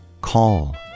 call